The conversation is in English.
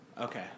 Okay